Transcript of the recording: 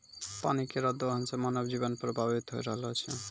पानी केरो दोहन सें मानव जीवन प्रभावित होय रहलो छै